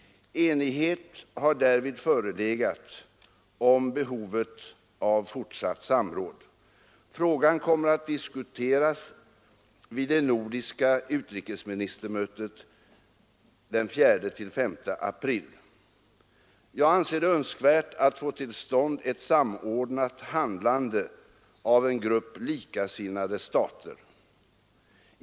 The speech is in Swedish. Enighet har därvid förelegat om behovet av fortsatt samråd. Frågan kommer att diskuteras vid det nordiska utrikesministermötet den 4—5 april. Jag anser det önskvärt att få till stånd ett samordnat handlande av en grupp likasinnade stater.